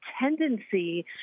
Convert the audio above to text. tendency